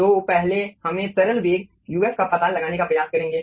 तो पहले हमें तरल वेग uf का पता लगाने का प्रयास करेंगे